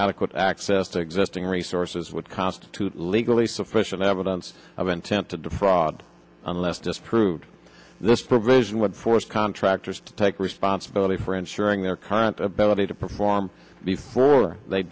adequate access to existing resources would constitute legally sufficient evidence of intent to defraud unless disproved this provision would force contractors to take responsibility for ensuring their current ability to perform before they